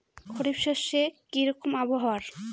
খরিফ শস্যে কি রকম আবহাওয়ার?